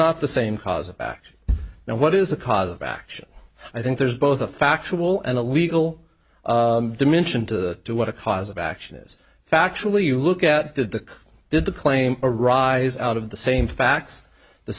not the same cause back and what is the cause of action i think there's both a factual and a legal dimension to what a cause of action is factually you look at did the did the claim arise out of the same facts the